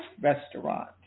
restaurant